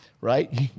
right